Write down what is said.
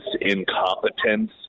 incompetence